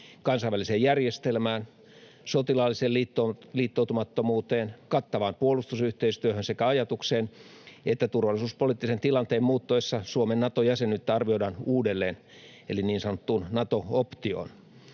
kansainväliseen järjestelmään, sotilaalliseen liittoumattomuuteen, kattavaan puolustusyhteistyöhön sekä ajatukseen, että turvallisuuspoliittisen tilanteen muuttuessa Suomen Nato-jäsenyyttä arvioidaan uudelleen, eli niin sanottuun Nato-optioon.